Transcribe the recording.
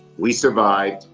we survived,